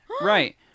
right